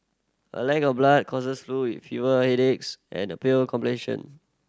a lack of blood causes flu with fever headaches and a pale complexion